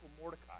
Mordecai